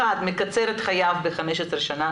אחד מקצר את חייו ב-15 שנים,